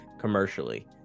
commercially